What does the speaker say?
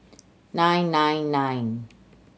nine nine nine